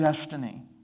destiny